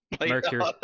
Mercury